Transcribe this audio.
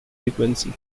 frequency